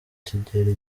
kigero